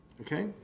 Okay